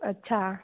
अच्छा